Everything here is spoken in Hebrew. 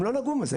הם לא נגעו בזה,